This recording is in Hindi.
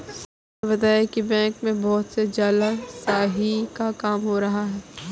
सोहन ने बताया कि बैंक में बहुत से जालसाजी का काम हो रहा है